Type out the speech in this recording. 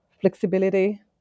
flexibility